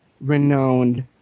renowned